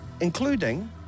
including